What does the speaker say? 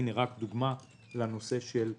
זאת דוגמה לנושא של ההון.